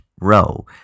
row